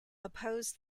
opposed